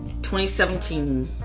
2017